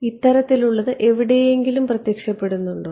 ഇത്തരത്തിലുള്ളത് എവിടെയെങ്കിലും പ്രത്യക്ഷപ്പെടുന്നുണ്ടോ